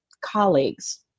colleagues